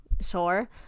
Sure